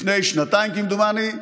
לפני שנתיים, כמדומני,